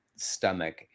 stomach